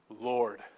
Lord